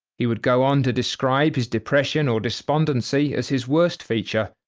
he would go on to describe his depression or despondency as his worst feature.